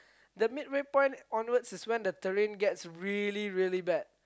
the midway point onwards is when the terrain gets really really bad